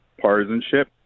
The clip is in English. partisanship